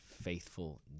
faithful